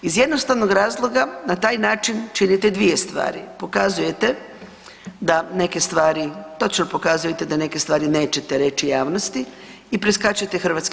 Iz jednostavnog razloga na taj način činite dvije stvari, pokazujete da neke stvari točno pokazujete da neke stvari neće reći javnosti i preskačete HS.